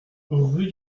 rue